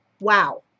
Wow